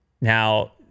Now